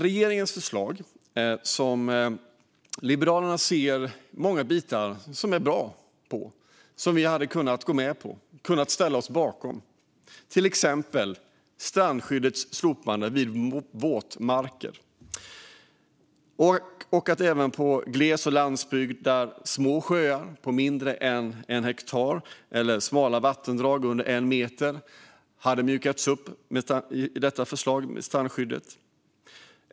Vi från Liberalerna ser många bitar som är bra i regeringens förslag, och vi hade kunnat gå med på dem och ställa oss bakom dem. Ett exempel är strandskyddets slopande vid våtmarker. När det gäller glesbygd och landsbygd och små sjöar på mindre än 1 hektar samt smala vattendrag under 1 meter hade strandskyddet mjukats upp med detta förslag.